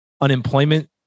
unemployment